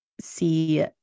see